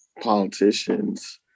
politicians